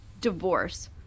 divorce